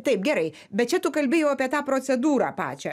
taip gerai bet čia tu kalbi jau apie tą procedūrą pačią